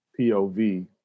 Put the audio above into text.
POV